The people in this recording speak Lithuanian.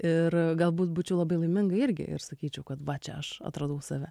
ir galbūt būčiau labai laiminga irgi ir sakyčiau kad va čia aš atradau save